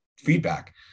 feedback